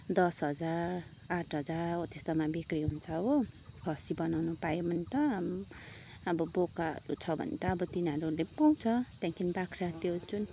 दस हजार आठ हजार हो त्यस्तोमा बिक्री हुन्छ हो खसी बनाउनु पायो भने त अब बोकाहरू छ भने त अब तिनीहरूले पाउँछ त्यहाँदेखि बाख्रा त्यो जुन